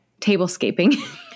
tablescaping